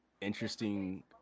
interesting